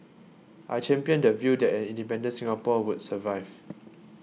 I championed the view that an independent Singapore would survive